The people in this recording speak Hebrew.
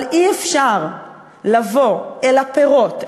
אבל אי-אפשר לבוא אל הפירות,